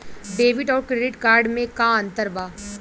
Debit आउर credit card मे का अंतर बा?